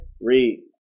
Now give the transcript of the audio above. Read